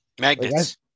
Magnets